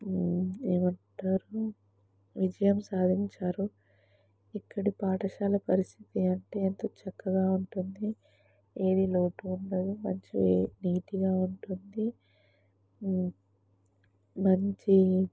ఏమంటారు విజయం సాధించారు ఇక్కడి పాఠశాల పరిస్థితి అంటే ఎంతో చక్కగా ఉంటుంది ఏది లోటు ఉండదు మంచి నీటుగా ఉంటుంది మంచి